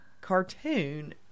cartoon